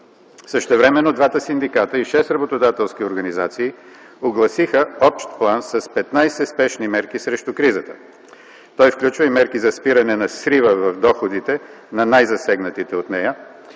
Същевременно двата синдиката и 6 работодателски организации огласиха общ план с 15 спешни мерки срещу кризата. Той включва и мерки за спиране на срива в доходите на най-засегнатите в нея.